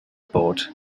bought